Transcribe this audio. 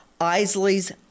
Isley's